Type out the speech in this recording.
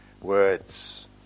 words